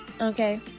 Okay